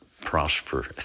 prosper